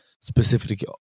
specifically